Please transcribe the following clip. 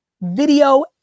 Video